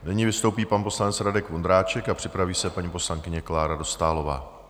Nyní vystoupí pan poslanec Radek Vondráček a připraví se paní poslankyně Klára Dostálová.